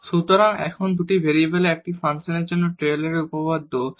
সুতরাং দুটি ভেরিয়েবলের ফাংশনের জন্য এটি হল টেইলরের উপপাদ্য Taylor's theorem